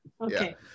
okay